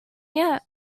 yet